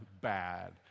bad